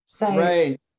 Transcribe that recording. Right